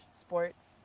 sports